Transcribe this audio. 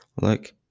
Look